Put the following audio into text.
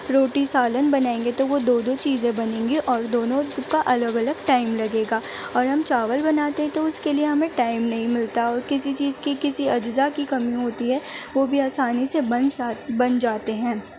روٹی سالن بنائیں گے تو وہ دو دو چیزیں بنیں گی اور دونوں کا الگ الگ ٹائم لگے گا اور ہم چاول بناتے ہیں تو اس کے لیے ہمیں ٹائم نہیں ملتا اور کسی چیز کی کسی اجزا کی کمی ہوتی ہے وہ بھی آسانی سے بن بن جاتے ہیں